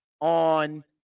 on